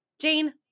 Jane